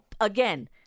Again